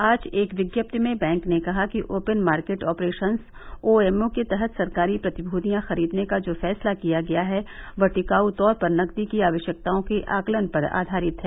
आज एक विज्ञप्ति में बैंक ने कहा कि ओपेन मार्केट ऑपरेशंस ओमओ के तहत सरकारी प्रतिभूतियां खरीदने का जो फैसला किया गया है वह टिकाऊ तौर पर नकदी की आवश्यकताओं के आकलन पर आधारित है